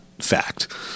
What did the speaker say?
fact